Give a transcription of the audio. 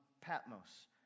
Patmos